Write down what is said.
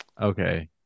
okay